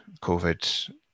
COVID